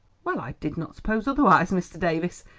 well, i did not suppose otherwise, mr. davies.